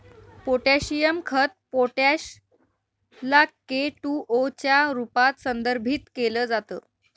potassium खत potash ला K two O च्या रूपात संदर्भित केल जात